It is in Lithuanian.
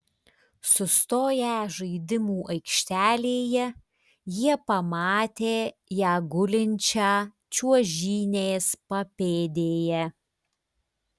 sustoję žaidimų aikštelėje jie pamatė ją gulinčią čiuožynės papėdėje